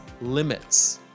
limits